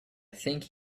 think